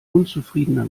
unzufriedener